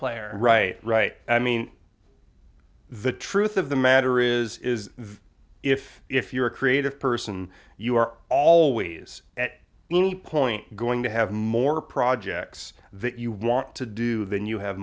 player right right i mean the truth of the matter is is that if if you're a creative person you are always at any point going to have more projects that you want to do than you have